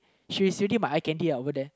she is already my eye candy lah over there